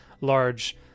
large